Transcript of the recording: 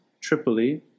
Tripoli